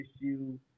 issue